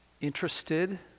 interested